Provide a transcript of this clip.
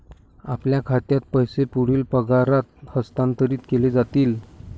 आपल्या खात्यात पैसे पुढील पगारात हस्तांतरित केले जातील